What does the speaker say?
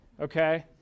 okay